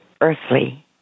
earthly